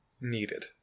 needed